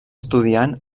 estudiant